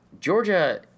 Georgia